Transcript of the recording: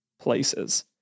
places